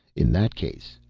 in that case,